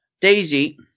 Daisy